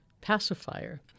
pacifier